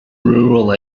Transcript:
rural